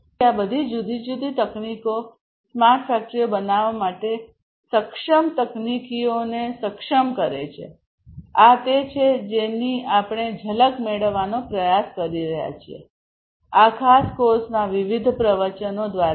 તેથી આ બધી જુદી જુદી તકનીકો સ્માર્ટ ફેક્ટરીઓ બનાવવા માટે સક્ષમ તકનીકીઓને સક્ષમ કરે છે આ તે છે જેની આપણે ઝલક મેળવવાનો પ્રયાસ કરી રહ્યા છીએ આ ખાસ કોર્સના વિવિધ પ્રવચનો દ્વારા